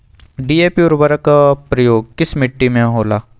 DAP उर्वरक का प्रयोग किस मिट्टी में होला?